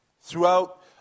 throughout